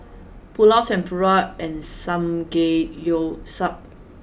Pulao Tempura and Samgeyopsal